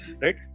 right